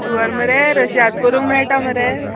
sure मरे रश्याद करूंक मेळटा मरे